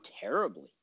terribly